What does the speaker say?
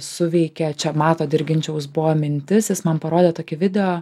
suveikė čia mato dirginčiaus buvo mintis jis man parodė tokį video